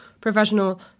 professional